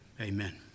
Amen